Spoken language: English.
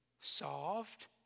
solved